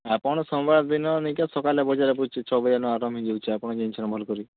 ଆପଣ ସୋମବାର ଦିନ ନେଇକରି ସକାଲ ବଜାର ଛଅ ବଜେନେ ଆରମ୍ଭ ହେଇଯାଉଛେ ଜାଣିଛନ୍ ଭଲ୍କରି